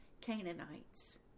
Canaanites